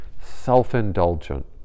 self-indulgent